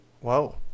Whoa